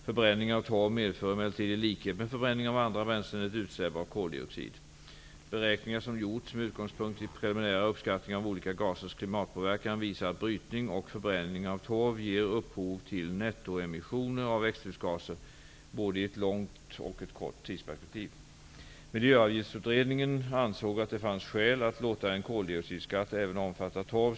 Förbränning av torv medför emellertid, i likhet med förbränning av andra bränslen, ett utsläpp av koldioxid. Beräkningar som gjorts med utgångspunkt i preliminära uppskattningar av olika gasers klimatpåverkan visar att brytning och förbränning av torv ger upphov till nettoemissioner av växthusgaser både i ett långt och i kort tidsperspektiv. Miljöavgiftsutredningen ansåg att det fanns skäl att låta en koldioxidskatt även omfatta torv.